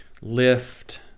Lift